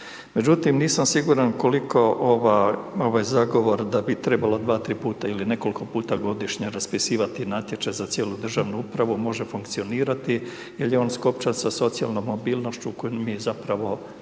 Međutim nisam siguran koliko ova, ovaj zagovor da bi trebala dva, tri puta ili nekoliko puta godišnje raspisivati natječaj za cijelu državnu upravu može funkcionirati jer je on skopčan sa socijalnom mobilnošću koju mi zapravo nemamo,